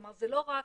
כלומר, זה לא רק